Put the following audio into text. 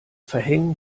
verhängen